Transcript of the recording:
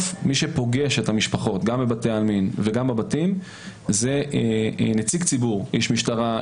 מי שפוגש את המשפחות בבתי העלמין וגם בבתים הם נציג ציבור: איש משטרה,